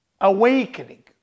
awakening